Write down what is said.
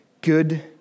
good